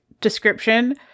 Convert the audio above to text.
description